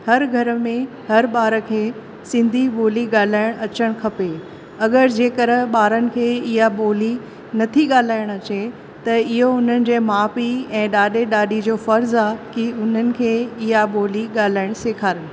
हर घर में हर ॿार खे सिंधी ॿोली ॻाल्हाइणु अचणु खपे अगरि जेकर ॿारनि खे इहा ॿोली न थी ॻाल्हाइणु अचे त इहो हुननि जे माउ पीउ ऐं ॾाॾे ॾाॾी जो फर्ज़ु आहे की उन्हनि खे इहा ॿोली ॻाल्हाइणु सेखारीनि